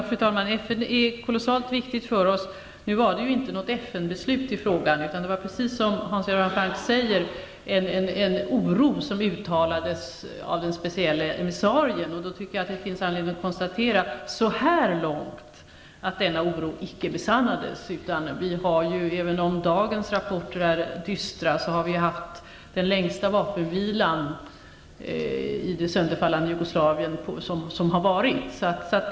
Fru talman! Ja, FN är kolossalt viktigt för oss. Nu var det inte något FN-beslut i frågan, utan det var precis som Hans Göran Franck säger fråga om en oro som uttalades av den specielle emissarien. Jag tycker att det finns anledning att konstatera att denna oro så här långt inte besannats. Även om dagens rapporter är dystra har vi nu i det sönderfallande Jugoslavien haft den hittills längsta vapenvilan.